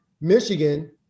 michigan